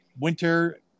winter